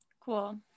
Cool